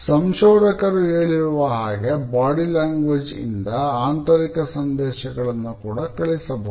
ಸಂಶೋಧಕರು ಹೇಳಿರುವ ಹಾಗೆ ಬಾಡಿ ಲ್ಯಾಂಗ್ವೇಜ್ ಇಂದ ಆಂತರಿಕ ಸಂದೇಶಗಳನ್ನು ಕೂಡ ಕಳುಹಿಸಬಹುದು